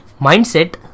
Mindset